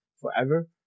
forever